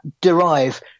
derive